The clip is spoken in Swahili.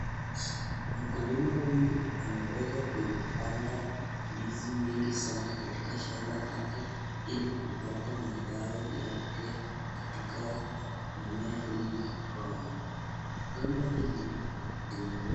Mkulima huyu ameweza kuipanda ndizi mingi sana katika shamba lake ili kupata mazao yake katika mimea hili la gomba, gomba hili limewe.